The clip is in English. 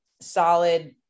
solid